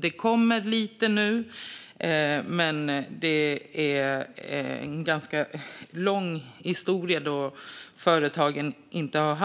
Det kommer lite grann nu, men det finns en ganska lång historia av att företagen inte har